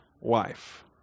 wife